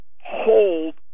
hold